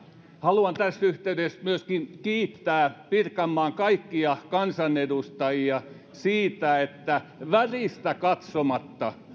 haluan tässä yhteydessä myöskin kiittää pirkanmaan kaikkia kansanedustajia siitä että väriin katsomatta